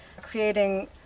creating